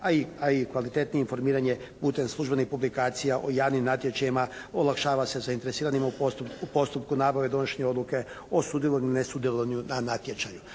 a i kvalitetnije informiranje putem službenih publikacija o javnim natječajima olakšava se zainteresiranim u postupku nabave donošenja odluke o sudjelovanju ili ne sudjelovanju na natječaju.